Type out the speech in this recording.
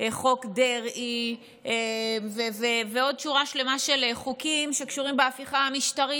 חוק דרעי ועוד שורה שלמה של חוקים שקשורים להפיכה המשטרית.